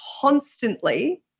constantly